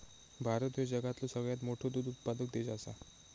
भारत ह्यो जगातलो सगळ्यात मोठो दूध उत्पादक देश आसा